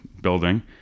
building